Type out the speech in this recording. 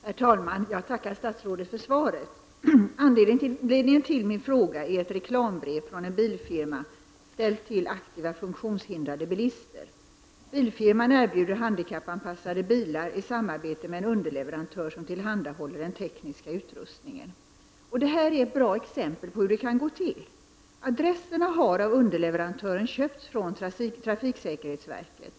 Herr talman! Jag tackar statsrådet för svaret. Anledningen till min fråga är ett reklambrev från en bilfirma ställt till aktiva funktionshindrade bilister. Bilfirman erbjuder handikappanpassade bilar i samarbete med en underleverantör som tillhandahåller den tekniska utrustningen. Det är ett bra exempel på hur det kan gå till. Adresserna har av underleverantören köpts från trafiksäkerhetsverket.